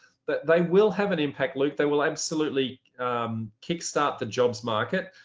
but they will have an impact loop? they will absolutely kickstart the jobs market.